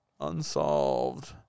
Unsolved